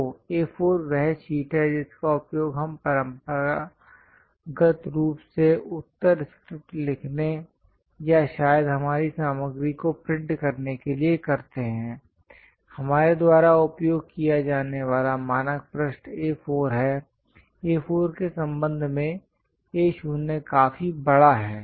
तो A4 वह sheet है जिसका उपयोग हम परंपरागत रूप से उत्तर स्क्रिप्ट लिखने या शायद हमारी सामग्री को प्रिंट करने के लिए करते हैं हमारे द्वारा उपयोग किया जाने वाला मानक पृष्ठ यह A4 है A4 के संबंध में A0 काफी बड़ा है